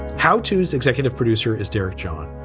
how tos executive producer is derek john.